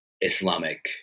Islamic